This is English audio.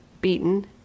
beaten